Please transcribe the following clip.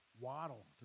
Waddle